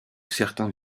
certains